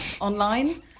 online